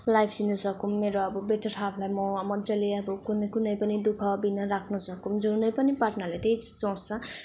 life दिनु सकुम् मेरो अब बेटर हाल्फलाई म मज्जाले अब कुनै कुनै पनि दुःख बिना राख्नु सकुम् जुनै पनि पार्टनरले त्यही सोच्छ